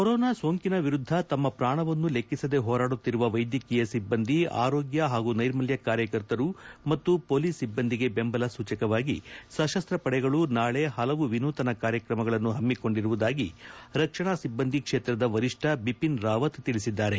corona ಸೋಂಕಿನ ವಿರುದ್ಧ ತಮ್ಮ ಪ್ರಾಣವನ್ನೂ ಲೆಕ್ಕಿಸದೇ ಹೋರಾಡುತ್ತಿರುವ ವೈದ್ಯಕೀಯ ಸಿಬ್ಬಂದಿ ಆರೋಗ್ಯ ಪಾಗೂ ನೈರ್ಮಲ್ಯ ಕಾರ್ಯಕರ್ತರು ಮತ್ತು ಮೊಲೀಸ್ ಸಿಬ್ಬಂದಿಗೆ ಬೆಂಬಲ ಸೂಚಕವಾಗಿ ಸಶಸ್ತ ಪಡೆಗಳು ನಾಳೆ ಹಲವು ವಿನೂತನ ಕಾರ್ಯಕ್ರಮಗಳನ್ನು ಪಮ್ಮಿಕೊಂಡಿರುವುದಾಗಿ ರಕ್ಷಣಾ ಸಿಬ್ಬಂದಿ ಕ್ಷೇತ್ರದ ವರಿಷ್ಠ ಬಿಪಿನ್ ರಾವತ್ ತಿಳಿಸಿದ್ದಾರೆ